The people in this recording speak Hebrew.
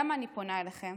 למה אני פונה אליכם?